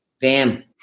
Bam